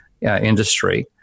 industry